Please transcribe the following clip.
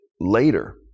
later